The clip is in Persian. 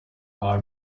کار